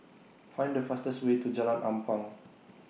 Find The fastest Way to Jalan Ampang